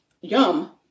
yum